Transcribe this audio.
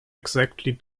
exactly